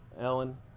ellen